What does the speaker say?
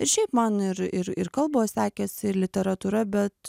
ir šiaip man ir ir ir kalbos sekėsi ir literatūra bet